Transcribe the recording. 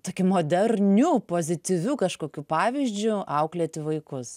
tokį moderniu pozityviu kažkokiu pavyzdžiu auklėti vaikus